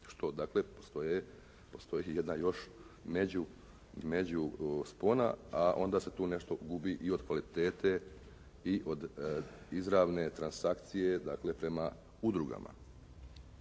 dakle postoji i jedna još međuspona, a onda se tu nešto gubi i od kvalitete i od izravne transakcije, dakle prema udrugama.